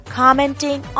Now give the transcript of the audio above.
commenting